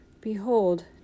Behold